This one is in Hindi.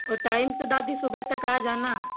और टाइम से दादी सुबह तक आ जाना